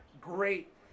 great